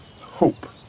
Hope